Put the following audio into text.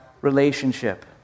relationship